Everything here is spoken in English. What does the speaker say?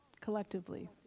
collectively